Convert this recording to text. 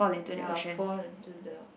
ya fall in to the